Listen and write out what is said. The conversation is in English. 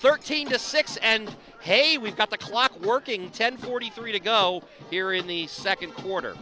thirteen to six and hey we got the clock working ten forty three to go here in the second quarter